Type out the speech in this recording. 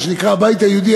מה שנקרא הבית היהודי,